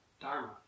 Dharma